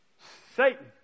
Satan